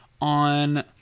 on